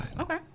Okay